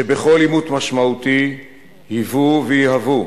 שבכל עימות משמעותי היוו ויהוו